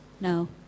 No